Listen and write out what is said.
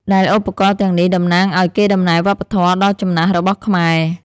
ដែលឧបករណ៍ទាំងនេះតំណាងឱ្យកេរដំណែលវប្បធម៌ដ៏ចំណាស់របស់ខ្មែរ។